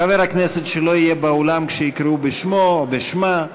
חבר כנסת שלא יהיה באולם כשיקראו בשמו או בשמה,